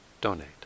donate